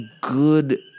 good